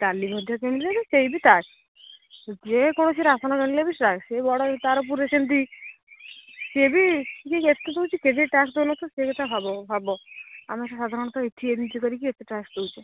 ଡାଲି ମଧ୍ୟ କିଣିଲେ ସେହି ବି ଟାକ୍ସ୍ ଯିଏ କୌଣସି ରାସନ ଜଣିଲେ ବି ଟାକ୍ସ୍ ସେ ବଡ଼ ତା'ର ଉପରେ ସେମିତି ସିଏ ବି ଯିଏ ଯେତେ ଦେଉଛି ସେ ବି ଟାକ୍ସ୍ ଦେଉନଥିବ ସେହି କଥା ଭାବ ଆମେ ସାଧାରଣତଃ ଏଇଠି ଏମିତି କରିକି ଏତେ ଟାକ୍ସ୍ ଦେଉଛେ